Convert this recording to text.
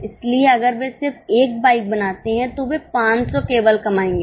इसलिए अगर वे सिर्फ 1 बाइक बनाते हैं तो वे केवल 500 कमाएंगे